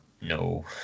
no